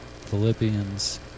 Philippians